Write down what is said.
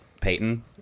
Peyton